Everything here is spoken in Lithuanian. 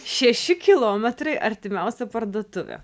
šeši kilometrai artimiausia parduotuvė